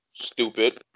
Stupid